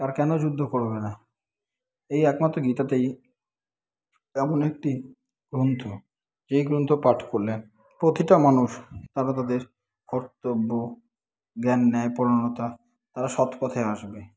আর কেন যুদ্ধ করবে না এই একমাত্র গীতাতেই এমন একটি গ্রন্থ যে গ্রন্থ পাঠ করলে প্রতিটা মানুষ তারা তাদের কর্তব্য জ্ঞান ন্যায়পরায়ণতা তারা সৎ পথে আসবে